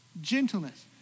gentleness